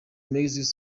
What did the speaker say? mexico